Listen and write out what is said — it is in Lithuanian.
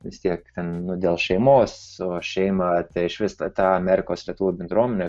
vis tiek ten nu dėl šeimos o šeima tai išvis ta amerikos lietuvių bendruomenė